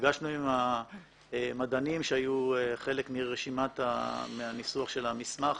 נפגשנו עם מדענים שהיו חלק מהניסוח של המסמך,